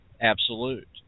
absolute